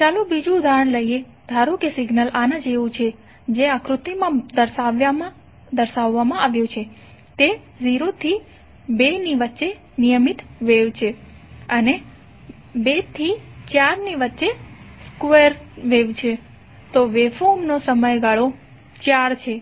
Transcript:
ચાલો બીજું ઉદાહરણ લઈએ ધારો કે સિગ્નલ આના જેવું છે જે આકૃતિમાં દર્શાવવામાં આવ્યું છે તે 0 થી 2 ની વચ્ચે નિયમિત વેવ છે અને 2 થી 4 ની વચ્ચે સ્ક્વેર વેવ છે તો વેવફોર્મનો સમયગાળો 4 છે